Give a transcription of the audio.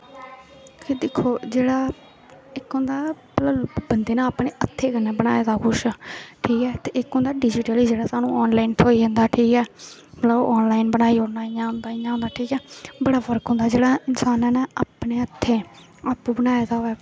दिक्खो जेहड़ा इक होंदा बंदे ने अपने हत्थै कन्नै बनाए दा कुछ ठीक ऐ इक ते डिजीटली जेहड़ा स्हानू आनॅलाइन थ्होई जंदा मतलव आनॅलाइन बनाई ओड़ना इयां ठीक ऐ बडा फर्क ऐ इसांने ने अपने हत्थ कन्नै बनाए दा होना चाहिदा सब किश